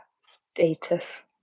Status